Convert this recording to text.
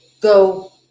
go